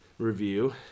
review